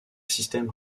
système